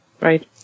Right